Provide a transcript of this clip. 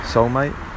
Soulmate